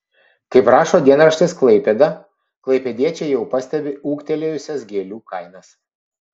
kaip rašo dienraštis klaipėda klaipėdiečiai jau pastebi ūgtelėjusias gėlių kainas